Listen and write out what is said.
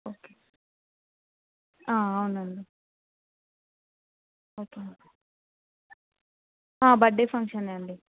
okay అవునండి okay birthday function ఏ అండి